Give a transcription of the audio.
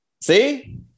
See